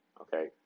okay